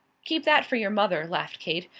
keep that for your mother, laughed kate.